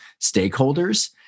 stakeholders